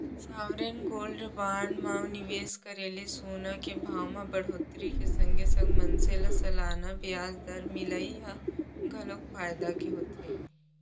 sovereign gold bond म निवेस करे ले सोना के भाव म बड़होत्तरी के संगे संग मनसे ल सलाना बियाज दर मिलई ह घलोक फायदा के होथे